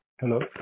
Hello